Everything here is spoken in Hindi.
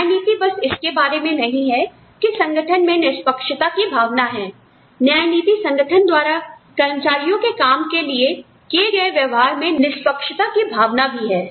न्याय नीति बस इसके बारे में नहीं है कि संगठन में निष्पक्षता की भावना है न्याय नीति संगठन द्वारा कर्मचारियों के काम के लिए किए गए व्यवहार में निष्पक्षता की भावना भी है